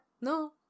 No